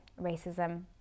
racism